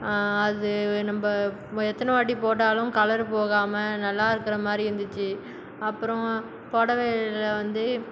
அது நம்ம எத்தனை வாட்டி போட்டாலும் கலர் போகாமல் நல்லா இருக்கிற மாதிரி இருந்துச்சு அப்புறம் புடவைல வந்து